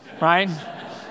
right